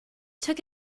took